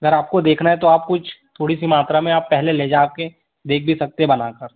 अगर आपको देखना है तो आप कुछ थोड़ी सी मात्रा में आप पहले ले जाके देख भी सकते हैं बनाकर